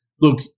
look